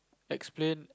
explain